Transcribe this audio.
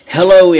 Hello